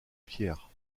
pierre